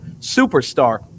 superstar